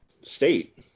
state